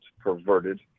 perverted